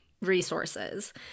resources